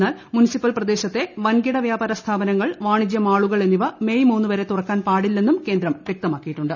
എന്നാൽ മുൻസിപ്പൽ പ്രദേശത്തെ വൻകിട വ്യാപാര സ്ഥാപനങ്ങൾ വാണിജ്യ മാളുകൾ എന്നിവ മേയ് മൂന്ന് വരെ തുറക്കാൻ പാടില്ലെന്നും കേന്ദ്രം വ്യക്തമാക്കിയിട്ടുണ്ട്